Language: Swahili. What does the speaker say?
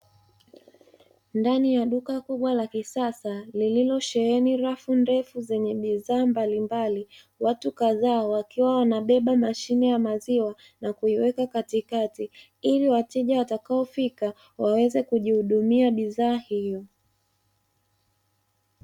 Ndani ya duka kubwa la kisasa, liliosheheni rafu ndefu zenye bidhaa mbalimbali. Watu kadhaa wakiwa wanabeba mashine ya maziwa na kuiweka katika, ili wateja watakao fika waweze kujihudumia bidhaa hiyo.